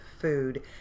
food